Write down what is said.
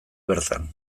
bertan